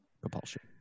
propulsion